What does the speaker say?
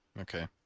Okay